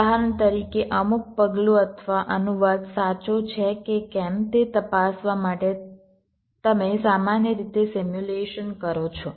ઉદાહરણ તરીકે અમુક પગલું અથવા અનુવાદ સાચો છે કે કેમ તે તપાસવા માટે તમે સામાન્ય રીતે સિમ્યુલેશન કરો છો